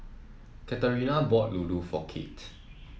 Katarina bought Ladoo for Kate